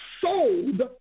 sold